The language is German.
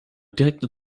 direkte